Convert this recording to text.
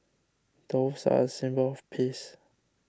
doves are a symbol of peace